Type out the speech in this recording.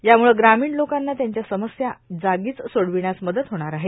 यामुळं ग्रामीण लोकांना त्यांच्या समस्या जागीच सोर्डावण्यास मदत होणार आहे